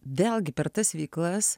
vėlgi per tas veiklas